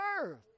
earth